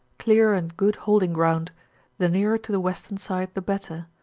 clear and good holding ground the nearer to the western side the better,